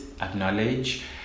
Acknowledge